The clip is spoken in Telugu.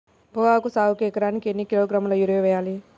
పొగాకు సాగుకు ఎకరానికి ఎన్ని కిలోగ్రాముల యూరియా వేయాలి?